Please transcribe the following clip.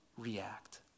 react